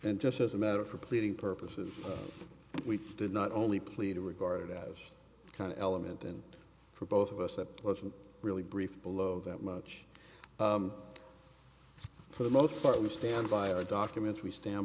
and just as a matter for pleading purposes we did not only plead regarded as kind of element and for both of us it wasn't really brief below that much for the most part we stand by our document we stand